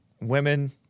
women